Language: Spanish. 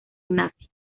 nazi